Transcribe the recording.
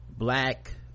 black